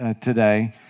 today